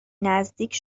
نزدیک